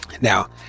Now